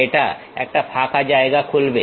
এটা একটা ফাঁকা জায়গা খুলবে